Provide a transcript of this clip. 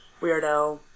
weirdo